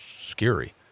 scary